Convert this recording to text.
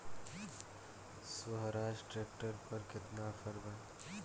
सोहराज tractor पर केतना offer बा?